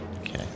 Okay